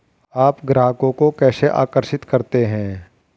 आप ग्राहकों को कैसे आकर्षित करते हैं?